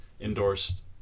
endorsed